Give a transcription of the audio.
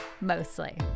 mostly